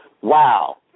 Wow